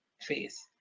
face